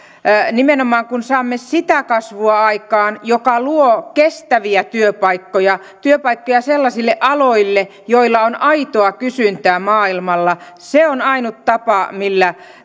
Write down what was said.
nimenomaan kun saamme sitä kasvua aikaan joka luo kestäviä työpaikkoja eli työpaikkoja sellaisille aloille joilla on aitoa kysyntää maailmalla se on ainut tapa millä